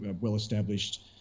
well-established